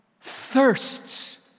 thirsts